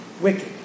wicked